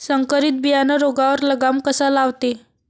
संकरीत बियानं रोगावर लगाम कसा लावते?